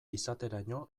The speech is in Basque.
izateraino